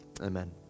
Amen